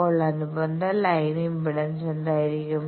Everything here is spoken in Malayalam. അപ്പോൾ അനുബന്ധ ലൈൻ ഇംപെഡൻസ് എന്തായിരിക്കും